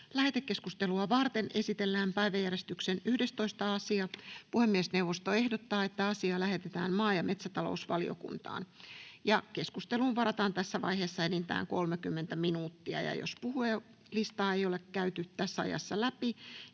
Lähetekeskustelua varten esitellään päiväjärjestyksen 11. asia. Puhemiesneuvosto ehdottaa, että asia lähetetään maa- ja metsätalousvaliokuntaan. Keskusteluun varataan tässä vaiheessa enintään 30 minuuttia. Jos puhujalistaa ei ole käyty tässä ajassa läpi,